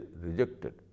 rejected